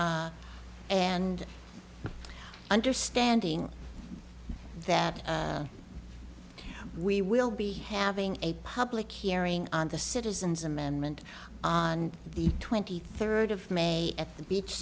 and understanding that we will be having a public hearing on the citizens amendment on the twenty third of may at the beach